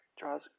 draws